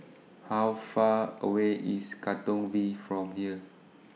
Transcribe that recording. How Far away IS Katong V from here